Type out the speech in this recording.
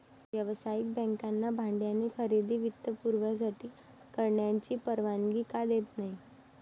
व्यावसायिक बँकांना भाड्याने खरेदी वित्तपुरवठा करण्याची परवानगी का देत नाही